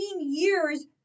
years